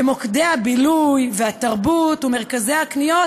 ומוקדי הבילוי והתרבות ומרכזי הקניות